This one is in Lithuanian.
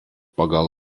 pagal